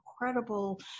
incredible